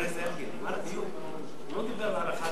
חבר הכנסת אלקין, למען הדיוק הוא לא דיבר על הארכת